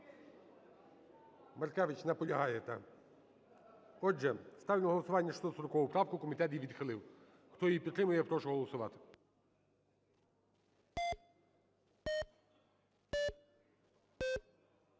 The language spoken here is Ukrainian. Маркевич наполягає. Отже, ставлю на голосування 640 правку, комітет її відхилив. Хто її підтримує, я прошу голосувати.